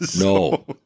no